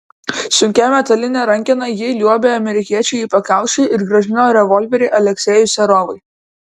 sunkia metaline rankena ji liuobė amerikiečiui į pakaušį ir grąžino revolverį aleksejui serovui